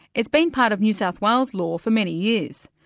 it's been part of new south wales law for many years.